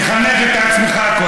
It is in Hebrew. תחנך את עצמך קודם.